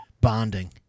bonding